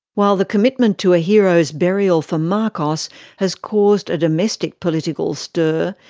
while the commitment to a hero's burial for marcos has caused a domestic political stir,